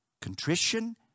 Contrition